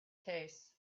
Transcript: case